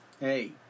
hey